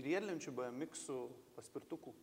riedlenčių b m iksų paspirtukų